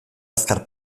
azkar